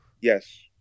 yes